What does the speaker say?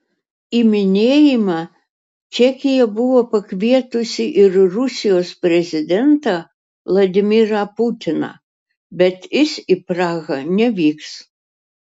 į minėjimą čekija buvo pakvietusi ir rusijos prezidentą vladimirą putiną bet jis į prahą nevyks